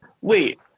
Wait